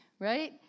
Right